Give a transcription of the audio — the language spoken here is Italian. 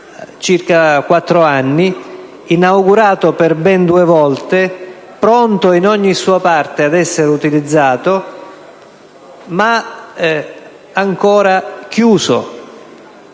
quasi quattro anni, inaugurato per ben due volte, pronto in ogni sua parte ad essere utilizzato, ma ancora chiuso.